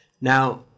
Now